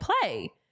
play